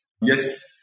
yes